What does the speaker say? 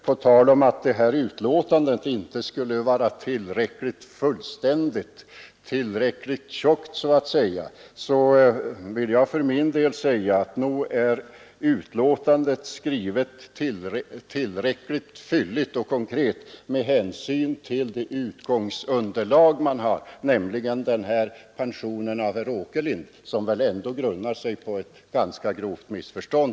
På tal om att betänkandet inte skulle vara fullständigt — inte tillräckligt utförligt, så att säga — vill jag slå fast, att nog är det skrivet tillräckligt fylligt och konkret med hänsyn till det underlag utskottet har haft, nämligen herr Åkerlinds motion, som såvitt jag kan förstå ändå grundar sig på ett ganska grovt missförstånd.